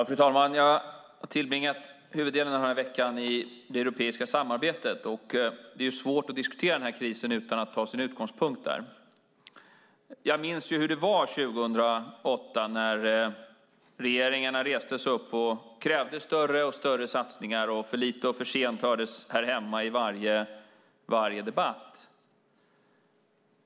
Fru talman! Jag har tillbringat huvuddelen av veckan i det europeiska samarbetet, och det är svårt att diskutera den här krisen utan att ta sin utgångspunkt där. Jag minns hur det var 2008 när regeringarna reste sig upp och krävde större och större satsningar, och "för lite och för sent" hördes här hemma i varje debatt.